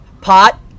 Pot